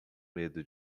medo